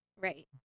Right